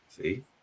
See